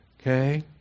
Okay